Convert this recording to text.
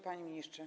Panie Ministrze!